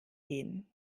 gehen